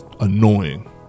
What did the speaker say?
annoying